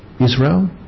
Israel